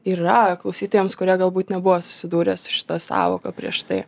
yra klausytojams kurie galbūt nebuvo susidūrę su šita sąvoka prieš tai